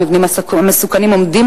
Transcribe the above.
המבנים המסוכנים עומדים,